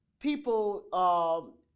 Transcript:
people